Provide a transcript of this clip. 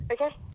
Okay